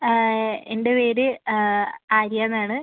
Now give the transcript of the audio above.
എൻ്റെ പേര് ആര്യാ എന്നാണ്